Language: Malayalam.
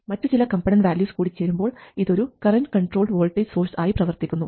മറ്റുചില കമ്പണന്റ് വാല്യൂസ് കൂടിച്ചേരുമ്പോൾ ഇത് ഒരു കറൻറ് കൺട്രോൾഡ് വോൾട്ടേജ് സോഴ്സ് ആയി പ്രവർത്തിക്കുന്നു